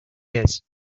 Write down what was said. years